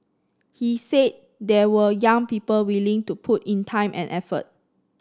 he said there were young people willing to put in time and effort